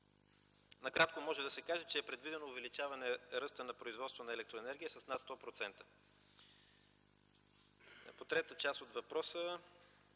Накратко може да се каже, че е предвидено увеличаване на ръста на производство на електроенергия с над 100%. По третата част от въпроса